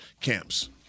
camps